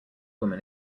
woman